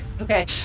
Okay